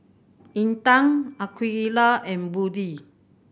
Intan Aqeelah and Budi